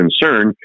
concern